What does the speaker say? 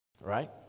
Right